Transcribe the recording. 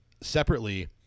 separately